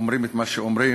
אומרות את מה שאומרות,